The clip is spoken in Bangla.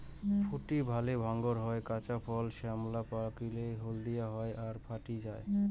ফুটি ভালে ডাঙর হয়, কাঁচা ফল শ্যামলা, পাকিলে হলদিয়া হয় আর ফাটি যায়